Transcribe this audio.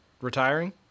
Retiring